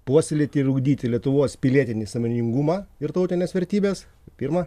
puoselėti ir ugdyti lietuvos pilietinį sąmoningumą ir tautines vertybes pirma